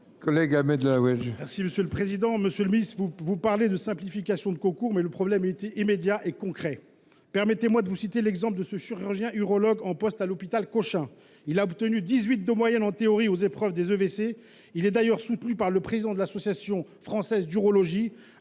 remercie. Monsieur le Président, Monsieur le Ministre, vous parlez de simplification de concours, mais le problème est immédiat et concret. Permettez-moi de vous citer l'exemple de ce chirurgien urologue en poste à l'hôpital Cochin. Il a obtenu 18 deux moyennes en théorie aux épreuves des EVC. Il est d'ailleurs soutenu par le président de l'association française d'Urologie.